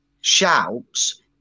shouts